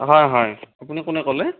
হয় হয় আপুনি কোনে ক'লে